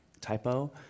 typo